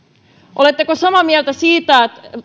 oletteko samaa mieltä siitä